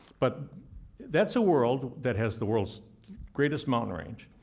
but that's a world that has the world's greatest mountain range.